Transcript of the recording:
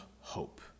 hope